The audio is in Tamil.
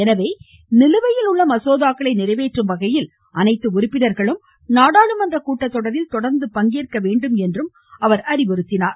எனவே நிலுவையில் உள்ள மசோதாக்களை நிறைவேற்றும் வகையில் அனைத்து உறுப்பினர்களும் நாடாளுமன்ற கூட்டத்தொடரில் தொடர்ந்து பங்கேற்க அவர் அறிவுறுத்தினார்